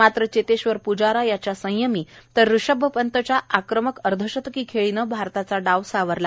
मात्र चेतश्वर प्जारा याच्या संयमी तर ऋषभ पंतच्या आक्रमक अर्धशतकी खेळीनं भारताचा डाव सावरला